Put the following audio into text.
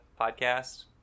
podcast